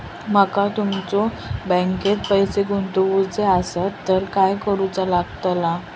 माका तुमच्या बँकेत पैसे गुंतवूचे आसत तर काय कारुचा लगतला?